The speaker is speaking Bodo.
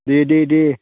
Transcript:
दे दे दे